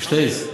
פערשטייסט?